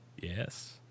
Yes